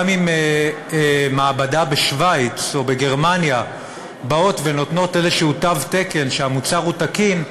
גם אם מעבדות בשווייץ או בגרמניה באות ונותנות איזה תו תקן שהמוצר תקין,